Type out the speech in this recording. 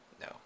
No